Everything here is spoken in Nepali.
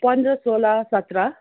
पन्ध्र सोह्र सत्र